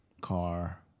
car